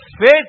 faith